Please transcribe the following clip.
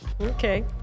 Okay